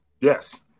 yes